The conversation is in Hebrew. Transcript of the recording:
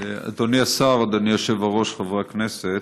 אדוני השר, אדוני היושב-ראש, חברי הכנסת,